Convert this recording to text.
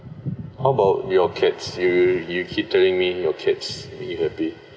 how about your cats you you you keep telling me your cats make you happy